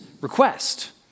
request